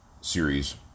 series